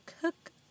cook